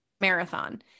marathon